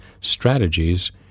strategies